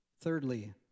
Thirdly